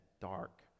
dark